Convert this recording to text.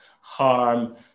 harm